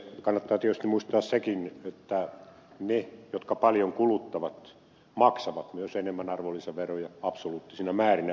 kannattaa tietysti muistaa sekin että ne jotka paljon kuluttavat maksavat myös enemmän arvonlisäveroja absoluuttisina määrinä